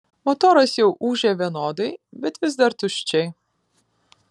motoras jau ūžė vienodai bet vis dar tuščiai